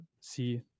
see